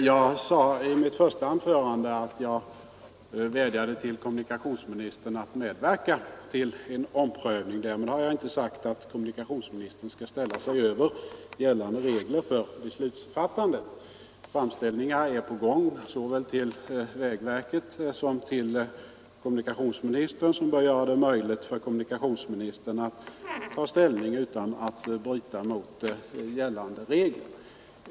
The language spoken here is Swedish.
Herr talman! I mitt första anförande vädjade jag till kommunikationsministern att medverka till en omprövning, men jag har därmed inte sagt att kommunikationsministern skall sätta sig över gällande regler för beslutsfattandet. Framställningar är på gång såväl till vägverket som till kommunikationsministern, vilket bör göra det möjligt för kommunikationsministern att ta ställning utan att bryta mot gällande regler.